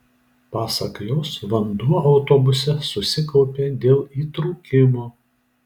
pasak jos vanduo autobuse susikaupė dėl įtrūkimo